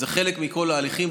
זה חלק מכל ההליכים,